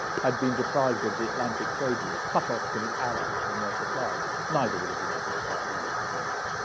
had been deprived of the atlantic trade routes cut off from its allies and their supplies, neither would have been able to fight the war to the finish.